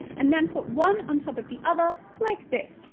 and then put one on top of the other like this.